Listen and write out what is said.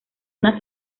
una